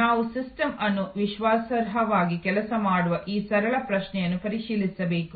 ನಾವು ಸಿಸ್ಟಮ್ ಅನ್ನು ವಿಶ್ವಾಸಾರ್ಹವಾಗಿ ಕೆಲಸ ಮಾಡುವ ಈ ಸರಳ ಪ್ರಶ್ನೆಗಳನ್ನು ಪರಿಶೀಲಿಸಬೇಕು